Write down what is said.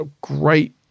great